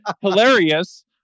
hilarious